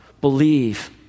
believe